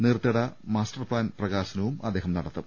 നീർത്തട master plan പ്രകാശനവും അദ്ദേഹം നടത്തും